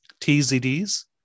TZDs